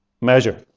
measure